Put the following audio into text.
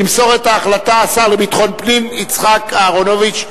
ימסור את ההחלטה השר לביטחון פנים יצחק אהרונוביץ.